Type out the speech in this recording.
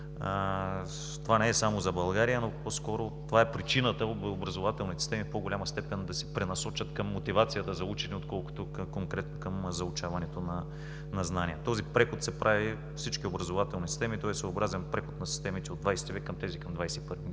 Това не е само за България. По-скоро обаче това е причината образователните системи в по-голяма степен да се пренасочат към мотивацията за учене, отколкото към заучаването на знания. Този преход се прави във всички образователни системи. Той е съобразен преход на системите от ХХ век към тези на ХХI.